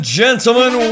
gentlemen